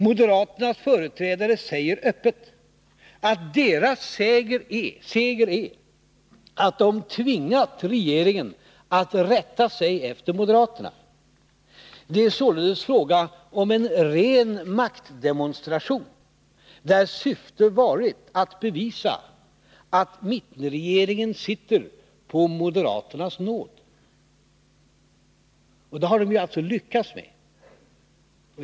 Moderaternas företrädare säger öppet att deras seger är att de tvingat regeringen att rätta sig efter moderaterna. Det är således fråga om en ren maktdemonstration, där syftet varit att bevisa att mittenregeringen sitter på moderaternas nåd. Det har de alltså lyckats med.